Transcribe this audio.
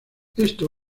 esto